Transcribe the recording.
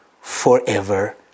forever